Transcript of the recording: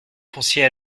foncier